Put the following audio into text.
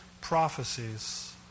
prophecies